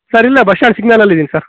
sir ಇಲ್ಲೇ bus stand ಸಿಗ್ನಲಲ್ಲಿದ್ದೀನಿ sir